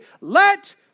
let